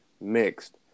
mixed